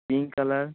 pink colour